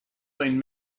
been